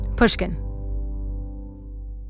Pushkin